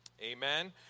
Amen